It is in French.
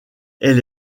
elle